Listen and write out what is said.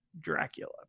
Dracula